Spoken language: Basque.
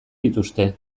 dituzte